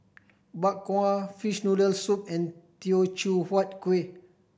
Bak Kwa fishball noodle soup and Teochew Huat Kueh